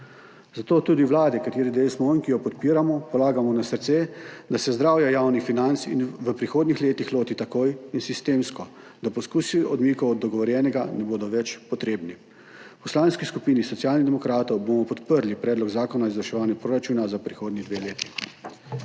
Zato tudi vladi, katere del smo in ki jo podpiramo, polagamo na srce, da se zdravja javnih financ v prihodnjih letih loti takoj in sistemsko, da poskusi odmikov od dogovorjenega ne bodo več potrebni. V Poslanski skupini Socialnih demokratov bomo podprli predlog zakona o izvrševanju proračuna za prihodnji dve leti.